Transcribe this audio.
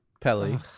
Pelly